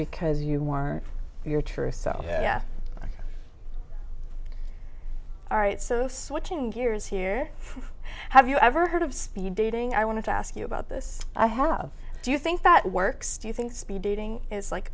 because you weren't your truth so yeah all right so switching gears here have you ever heard of speed dating i want to ask you about this i have do you think that works do you think speed dating is like